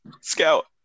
Scout